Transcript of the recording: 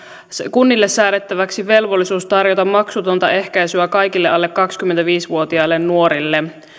kunnille säädettäväksi velvollisuus tarjota maksutonta ehkäisyä kaikille alle kaksikymmentäviisi vuotiaille nuorille